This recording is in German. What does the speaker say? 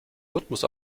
rhythmus